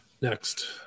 Next